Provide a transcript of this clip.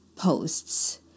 posts